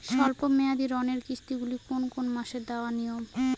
স্বল্প মেয়াদি ঋণের কিস্তি গুলি কোন কোন মাসে দেওয়া নিয়ম?